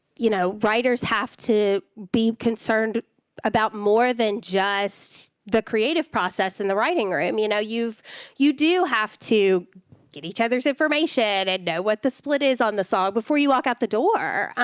you know, writers have to be concerned about more than just the creative process in the writing room. you know, you've you do have to get each other's information, and know what the split is on the song before you walk out the door,